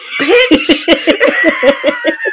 bitch